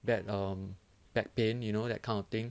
bad um back pain you know that kind of thing